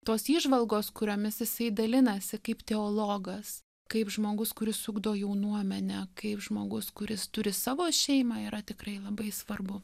tos įžvalgos kuriomis jisai dalinasi kaip teologas kaip žmogus kuris ugdo jaunuomenę kaip žmogus kuris turi savo šeimą yra tikrai labai svarbu